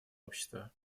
общество